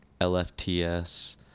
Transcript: LFTS